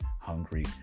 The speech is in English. hungry